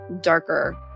darker